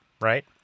right